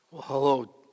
Hello